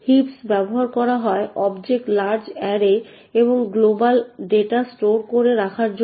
হিপস ব্যবহার করা হয় অবজেক্ট লার্জ অ্যারে এবং গ্লোবাল ডেটা স্টোর করে রাখার জন্য